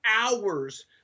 hours